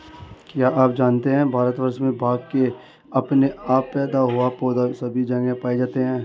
क्या आप जानते है भारतवर्ष में भांग के अपने आप पैदा हुए पौधे सभी जगह पाये जाते हैं?